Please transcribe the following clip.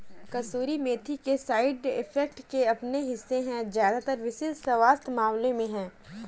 कसूरी मेथी के side effects के अपने हिस्से है ज्यादातर विशिष्ट स्वास्थ्य मामलों में है